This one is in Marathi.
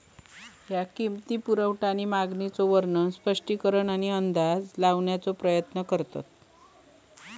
ह्या किंमती, पुरवठा आणि मागणीचो वर्णन, स्पष्टीकरण आणि अंदाज लावण्याचा प्रयत्न करता